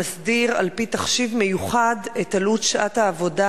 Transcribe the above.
המסדיר על-פי תחשיב מיוחד את עלות שעת העבודה